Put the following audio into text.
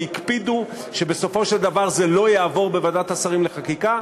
והקפידו שבסופו של דבר זה לא יעבור בוועדת השרים לחקיקה,